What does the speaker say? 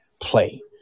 play